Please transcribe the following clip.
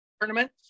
Tournament